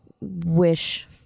wish